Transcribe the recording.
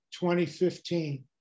2015